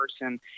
person